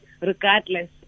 regardless